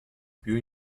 più